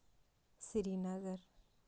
Srinagar